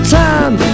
time